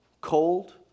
cold